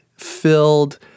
filled